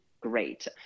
Great